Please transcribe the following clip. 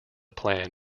plan